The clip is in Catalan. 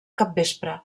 capvespre